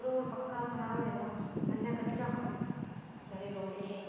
road पक्का स्हाड़ा होई गेदा हुन पैहला कच्चा हा छड़े रौड़े हे